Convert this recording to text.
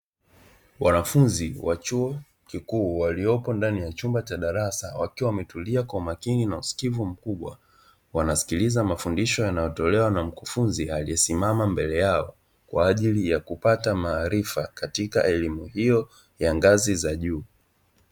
Wanafunzi wa chuo kikuu walioko ndani ya chumba cha darasa wakiwa wametulia kwa makini na usikivu mkubwa. Wanasikiliza mafundisho yanayotolewa na mkufunzi aliyesimama mbele yao kwa ajili ya kupata maarifa katika elimu hiyo ya ngazi za juu.